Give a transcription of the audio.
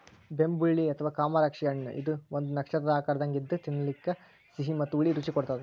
ಬೆಂಬುಳಿ ಅಥವಾ ಕಮರಾಕ್ಷಿ ಹಣ್ಣಇದು ಒಂದು ನಕ್ಷತ್ರದ ಆಕಾರದಂಗ ಇದ್ದು ತಿನ್ನಲಿಕ ಸಿಹಿ ಮತ್ತ ಹುಳಿ ರುಚಿ ಕೊಡತ್ತದ